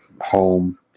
home